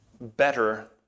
better